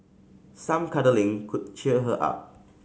some cuddling could cheer her up